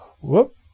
whoop